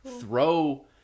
throw